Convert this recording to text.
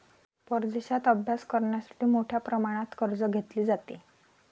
परदेशात अभ्यास करण्यासाठी मोठ्या प्रमाणात कर्ज घेतले जाते